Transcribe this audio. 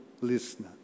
listener